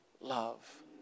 love